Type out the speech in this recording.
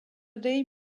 day